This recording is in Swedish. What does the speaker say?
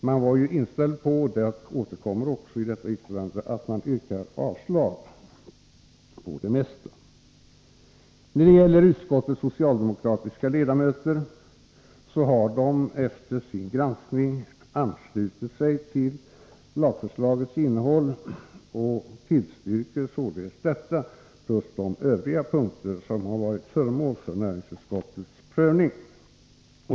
Man var ju inställd på att yrka avslag på det mesta — så också på detta. Utskottets socialdemokratiska ledamöter har efter sin granskning anslutit sig till förslagets innehåll och tillstyrker således detta plus de övriga punkter som varit föremål för näringsutskottets prövning.